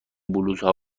بلوزها